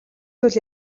зүйл